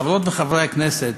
חברות וחברי הכנסת,